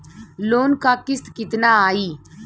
Loan क किस्त कितना आई?